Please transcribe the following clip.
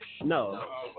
No